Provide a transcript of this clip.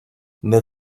naît